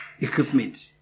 equipment